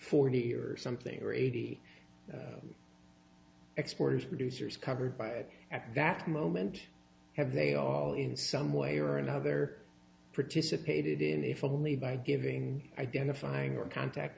forty or something or eighty exporters producers covered by it at that moment have they all in some way or another participated in the family by giving identifying or contact